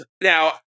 Now